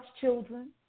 children